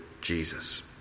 Jesus